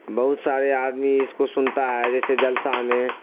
بہت سارے آدمی اس کو سنتا ہے جیسے جلسہ میں